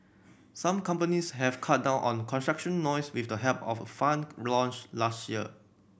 some companies have cut down on construction noise with the help of a fund launched last year